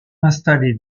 installée